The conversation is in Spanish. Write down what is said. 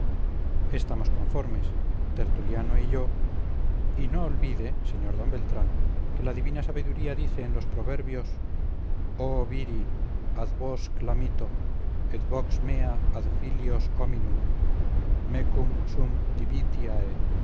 estamos conformes tertuliano y yo y no olvide sr d beltrán que la divina sabiduría dice en los proverbios o viri ad vos clamito et vox mea